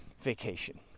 vacation